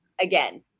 again